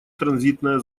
транзитная